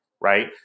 right